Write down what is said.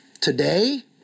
Today